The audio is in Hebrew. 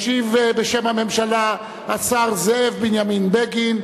ישיב בשם הממשלה השר זאב בנימין בגין,